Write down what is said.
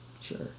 Sure